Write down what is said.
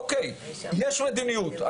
אוקיי, יש מדיניות.